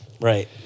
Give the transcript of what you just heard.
Right